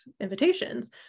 invitations